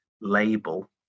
label